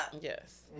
Yes